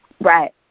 Right